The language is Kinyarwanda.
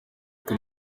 twe